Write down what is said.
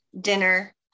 dinner